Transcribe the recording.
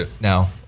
now